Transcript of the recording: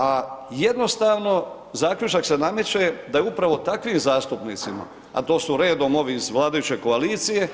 A jednostavno zaključak se nameće da upravo takvim zastupnicima, a to su redom ovi iz vladajuće koalicije,